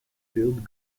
field